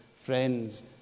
friends